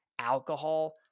alcohol